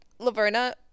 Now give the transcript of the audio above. Laverna